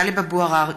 טלב אבו עראר,